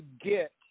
get